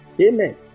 amen